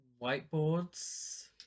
whiteboards